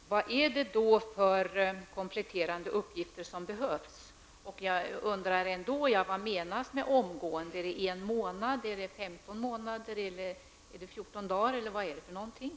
Fru talman! Vad är det då för kompletterande uppgifter som behövs? Jag undrar ändå vad som menas med ''omgående''. Rör det sig om en månad, femton månader, fjorton dagar eller hur lång tid rör det sig om?